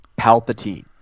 Palpatine